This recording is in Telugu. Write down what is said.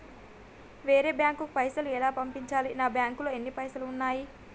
వేరే బ్యాంకుకు పైసలు ఎలా పంపించాలి? నా బ్యాంకులో ఎన్ని పైసలు ఉన్నాయి?